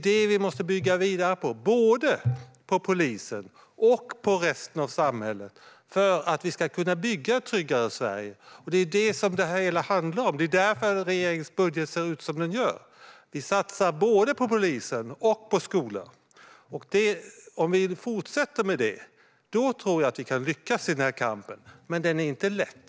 Det måste vi bygga vidare på, både hos polisen och hos resten av samhället, för att vi ska kunna bygga ett tryggare Sverige. Det är detta som det hela handlar om, och det är därför som regeringens budget ser ut som den gör. Vi satsar både på polisen och på skolan. Om vi fortsätter med det tror jag att vi kan lyckas i den här kampen, men den är inte lätt.